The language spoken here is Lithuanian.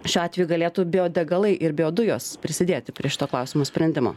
šiuo atveju galėtų biodegalai ir biodujos prisidėti prie šito klausimo sprendimo